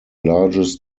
largest